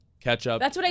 Ketchup